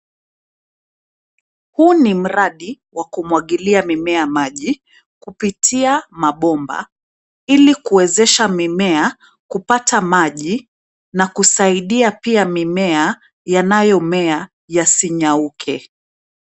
Huu ni mradi wa kumwagilia mimea maji kupitia mabomba ili kuwezesha mimea kupata maji na kusaidia pia mimea yanayomea yasinyauke.